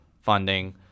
funding